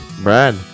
Brad